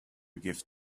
gift